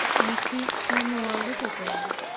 and keep for more little girl.